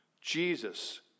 Jesus